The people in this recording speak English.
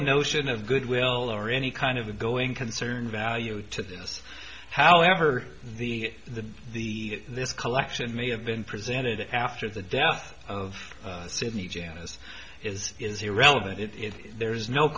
notion of goodwill or any kind of a going concern value to this however the the the this collection may have been presented after the death of sidney janice is is irrelevant it is there is no